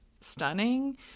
stunning